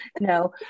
no